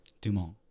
Dumont